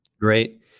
Great